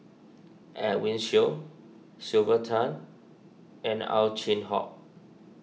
Edwin Siew Sylvia Tan and Ow Chin Hock